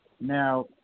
Now